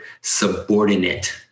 subordinate